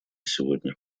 сегодня